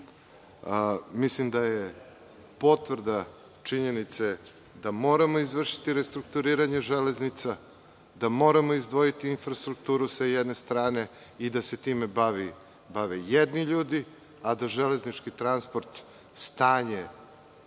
Mislim da je potvrda činjenice da moramo izvršiti restrukturiranje železnica i da moramo izdvojiti infrastrukturu sa jedne strane i da se time bave jedni ljudi a da železnički transport, stanje